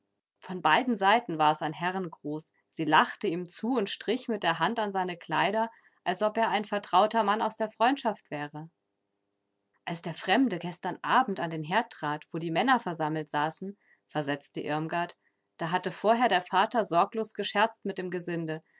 von beiden seiten war's ein herrengruß sie lachte ihm zu und strich mit der hand an seine kleider als ob er ein vertrauter mann aus der freundschaft wäre als der fremde gestern abend an den herd trat wo die männer versammelt saßen versetzte irmgard da hatte vorher der vater sorglos gescherzt mit dem gesinde